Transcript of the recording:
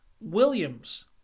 Williams